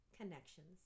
Connections